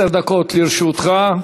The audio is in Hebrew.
עשר דקות לרשותך.